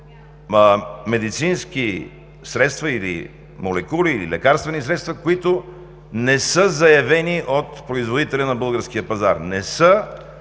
медицински средства или молекули, или лекарствени средства, които не са заявени от производителя на българския пазар. Не са